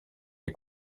les